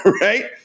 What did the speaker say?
right